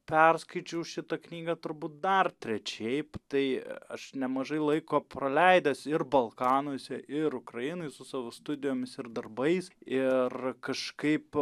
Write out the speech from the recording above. perskaičiau šitą knygą turbūt dar trečiaip tai aš nemažai laiko praleidęs ir balkanuose ir ukrainoj su savo studijomis ir darbais ir kažkaip